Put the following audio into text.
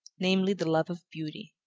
namely, the love of beauty.